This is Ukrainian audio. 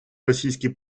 російські